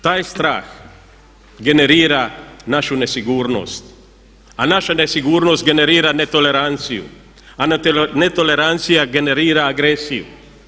Taj strah generira našu nesigurnost, a naša nesigurnost generira netoleranciju, a netolerancija generira agresiju.